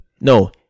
no